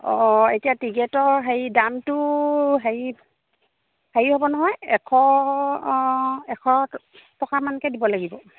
অঁ এতিয়া টিকেটৰ হেৰি দামটো হেৰি হেৰি হ'ব নহয় এশ এশ টকামানকৈ দিব লাগিব